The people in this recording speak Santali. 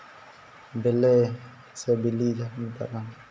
ᱵᱮᱞᱮ ᱥᱮ ᱵᱤᱞᱤ ᱡᱟᱦᱟᱸᱠᱚ ᱢᱮᱛᱟᱜ ᱠᱟᱱ